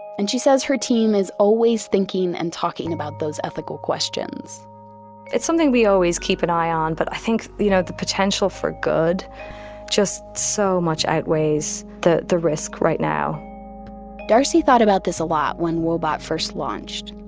and she says her team is always thinking and talking about those ethical questions it's something we always keep an eye on, but i think you know the potential for good just so much outweighs the the risk right now darcy thought about this a lot when woebot first launched.